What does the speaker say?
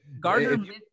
Gardner